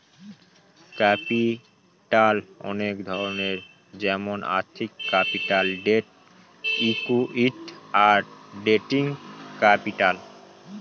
capital অনেক ধরনের যেমন আর্থিক ক্যাপিটাল, ডেট, ইকুইটি, আর ট্রেডিং ক্যাপিটাল